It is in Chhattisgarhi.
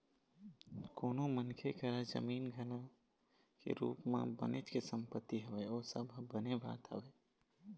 कोनो मनखे करा जमीन जघा के रुप म बनेच के संपत्ति हवय ओ सब ह बने बात हवय